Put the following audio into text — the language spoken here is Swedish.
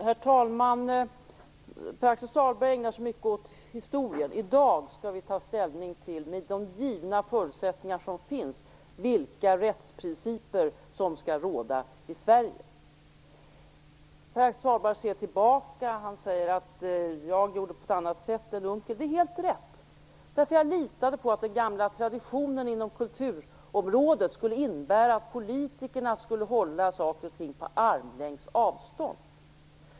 Herr talman! Pär-Axel Sahlberg ägnar sig mycket åt historien. I dag skall vi ta ställning till, med de givna förutsättningar som finns, vilka rättsprinciper som skall råda i Sverige. Pär-Axel Sahlberg ser tillbaka. Han säger att jag gjorde på ett annat sätt än Unckel. Det är helt rätt. Jag litade på att den gamla traditionen inom kulturområdet skulle innebära att politikerna skulle hålla saker och ting på armlängds avstånd.